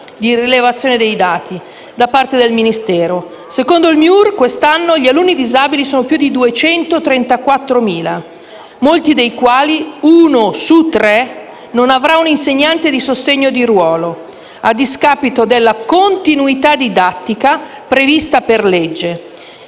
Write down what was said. di rilevazione dei dati da parte del Ministero. Secondo il MIUR quest'anno gli alunni disabili sono più di 234.000, molti dei quali (uno su tre) non avranno un insegnante di sostegno di ruolo, a discapito della continuità didattica prevista per legge,